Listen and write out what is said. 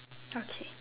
okay